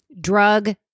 drug